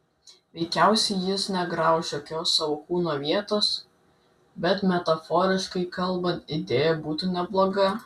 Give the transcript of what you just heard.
veikiausiai jis negrauš jokios savo kūno vietos bet metaforiškai kalbant idėja būtų nebloga